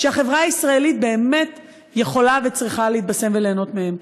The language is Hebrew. שהחברה הישראלית באמת יכולה וצריכה להתבשם וליהנות מהם.